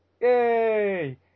yay